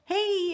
Hey